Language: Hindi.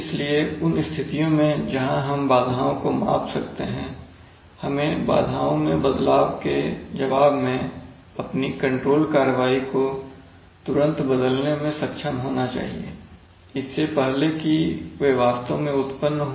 इसलिए उन स्थितियों में जहां हम बाधाओं को माप सकते हैं हमें बाधाओं मैं बदलाव के जवाब में अपनी कंट्रोल कार्रवाई को तुरंत बदलने में सक्षम होना चाहिए इससे पहले कि वे वास्तव में उत्पन्न हो